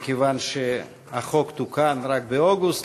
מכיוון שהחוק תוקן רק באוגוסט.